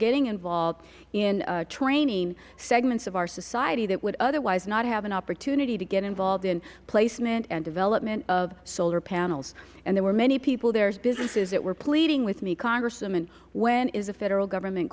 getting involved in training segments of our society that would otherwise not have an opportunity to get involved in placement and development of solar panels and there were many people there as businesses that were pleading with me congresswoman when is the federal government